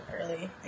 early